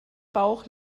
bauch